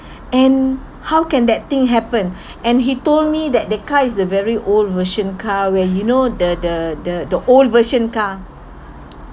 and how can that thing happen and he told me that the car is the very old version car where you know the the the the old version car